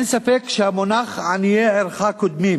אין ספק שהמונח "עניי עירך קודמים"